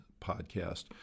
podcast